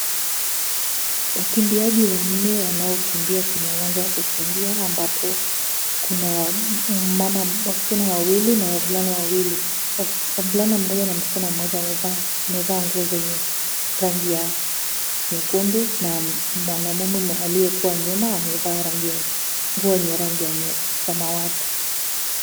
Wakimbiaji wanne wanaokimbia kwenye uwanja wa kukimbia ambapo kuna wasichana wawili na wavulana wawili. Mvulana mmoja na msichana mmoja amevaa nguo zenye rangi ya nyekundu na mwanaume aliyekuwa nyuma amevaa nguo yenye rangi ya samawati.